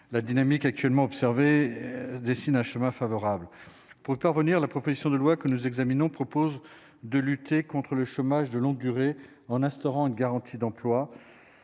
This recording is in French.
la dynamique actuellement observé des un schéma favorable pour parvenir, la proposition de loi que nous examinons propose de lutter contre le chômage de longue durée en instaurant une garantie d'emploi